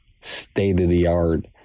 state-of-the-art